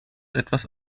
etwas